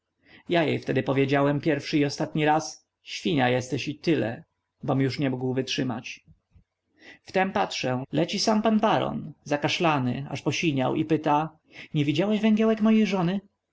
ja jej wtedy powiedziałem pierwszy i ostatni raz świnia jesteś i tyle bom już nie mógł wytrzymać wtem patrzę leci sam pan baron zakaszlany aż posiniał i pyta nie widziałeś węgiełek mojej żony